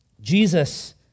Jesus